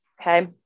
Okay